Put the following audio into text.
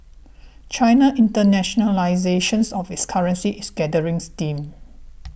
China's internationalisations of its currency is gathering steam